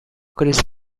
chris